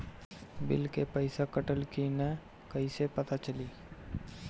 Bill के पइसा कटल कि न कइसे पता चलि?